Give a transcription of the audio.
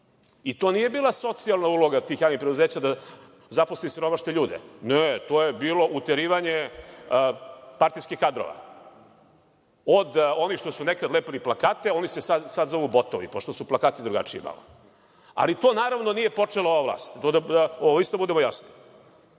i to nije bila socijalna uloga tih javnih preduzeća da zaposli siromašne ljude. Ne, to je bilo uterivanje partijskih kadrova, od onih što su nekada lepili plakate, oni se sad zovu botovi, pošto su plakati drugačiji mali, ali to naravno nije počela ova vlast, da isto bude jasno.